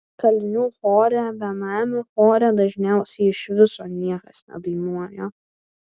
kalinių chore benamių chore dažniausiai iš viso niekas nedainuoja